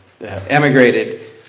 emigrated